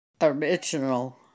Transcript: original